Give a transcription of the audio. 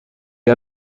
got